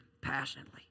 passionately